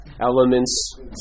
Elements